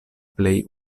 plej